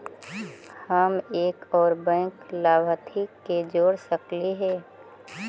हम एक और बैंक लाभार्थी के जोड़ सकली हे?